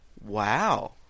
Wow